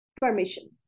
permission